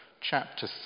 chapter